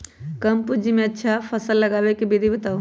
कम पूंजी में अच्छा फसल उगाबे के विधि बताउ?